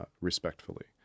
respectfully